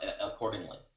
accordingly